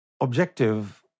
objective